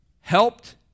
helped